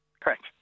Correct